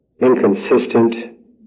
inconsistent